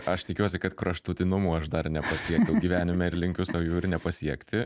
aš tikiuosi kad kraštutinumų aš dar nepasiekiau gyvenime ir linkiu sau jų ir nepasiekti